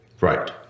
Right